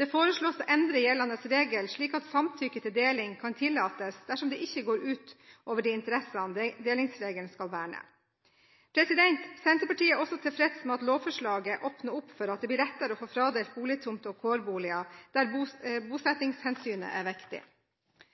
Det forslås å endre gjeldende regel, slik at samtykke til deling kan tillates dersom det ikke går ut over de interessene delingsregelen skal verne. Senterpartiet er også tilfreds med at lovforslaget åpner for at det blir lettere å få fradelt boligtomter og kårboliger der bosettingshensynet er viktig.